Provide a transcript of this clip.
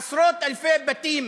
עשרות-אלפי בתים